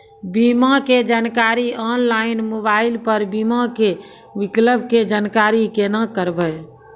बीमा के जानकारी ऑनलाइन मोबाइल पर बीमा के विकल्प के जानकारी केना करभै?